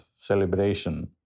celebration